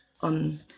on